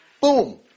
boom